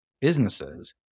businesses